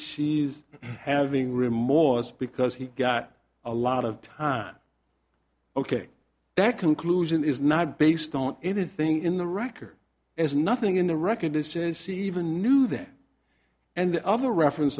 she's having remorse because he got a lot of time ok that conclusion is not based on anything in the record is nothing in a record distance even knew that and the other reference